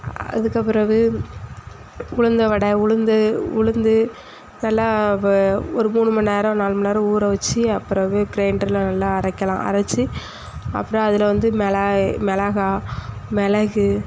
அதுக்குப் பிறகு உளுந்த வடை உளுந்து உளுந்து நல்லா ஒரு மூணு மணிநேரம் நாலு மணிநேரம் ஊற வச்சு அப்பிறகு க்ரைண்டரில் நல்லா அரைக்கலாம் அரைச்சி அப்புறம் அதில் வந்து மிளகா மிளகு